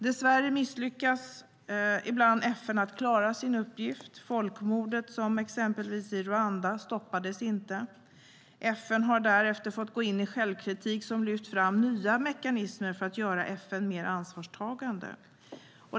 Dess värre misslyckas ibland FN med att klara sin uppgift. Folkmordet i Rwanda stoppades till exempel inte. FN har därefter fått gå in i självkritik som lyft fram nya mekanismer för att göra FN mer ansvarstagande.